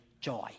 Joy